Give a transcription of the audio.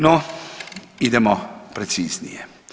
No, idemo preciznije.